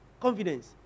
Confidence